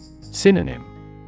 Synonym